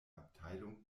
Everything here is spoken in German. abteilung